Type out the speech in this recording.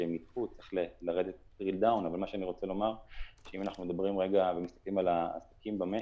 אבל מה שאני רוצה לומר שאם אנחנו מסתכלים על העסקים במשק,